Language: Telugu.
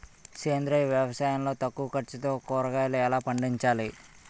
సేంద్రీయ వ్యవసాయం లో తక్కువ ఖర్చుతో కూరగాయలు ఎలా పండించాలి?